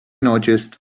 noticed